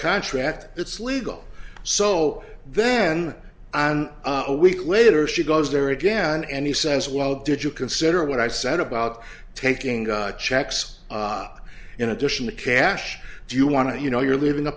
contract it's legal so then on a week later she goes there again and he says well did you consider what i said about taking checks in addition to cash if you want to you know you're leaving